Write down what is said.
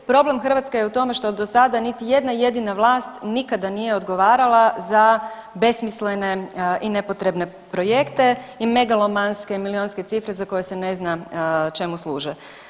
Problem Hrvatske je u tome što do sada niti jedna jedina vlast nikada nije odgovarala za besmislene i nepotrebne projekte i megalomanske milijunske cifre za koje se ne zna čemu služe.